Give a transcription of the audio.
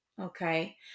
okay